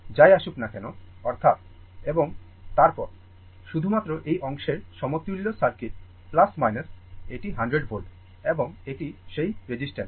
যাই আসুক না কেন অর্থাৎ এবং তারপর শুধুমাত্র এই অংশের সমতুল্য সার্কিট এটি 100 volt এবং এটি সেই রেসিস্ট্যান্স